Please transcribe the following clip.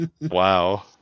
wow